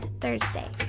Thursday